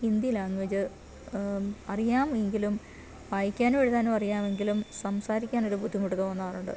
Hindi language അറിയാമെങ്കിലും വായിക്കാനും എഴുതിയാലും അറിയാമെങ്കിലും സംസാരിക്കാൻ ഒരു ബുദ്ധിമുട്ട് തോന്നാറുണ്ട്